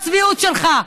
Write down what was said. והצביעות שלך.